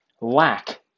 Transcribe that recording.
lack